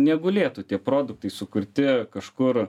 negulėtų tie produktai sukurti kažkur